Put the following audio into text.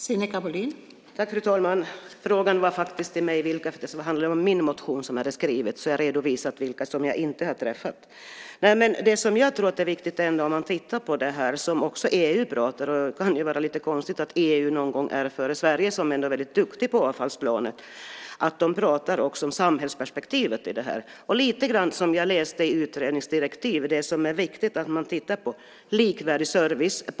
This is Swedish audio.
Fru talman! Frågan var riktad till mig eftersom det handlade om min motion så jag redovisade vilka jag inte har träffat. Något som också EU pratar om är samhällsperspektivet i detta. Det kan verka lite konstigt att EU någon gång är före Sverige som ändå är duktigt på avfallsplanet. Som jag läste i utredningsdirektivet är det viktigt att man tittar på likvärdig service.